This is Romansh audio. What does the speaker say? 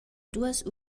duas